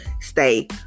stay